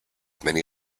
many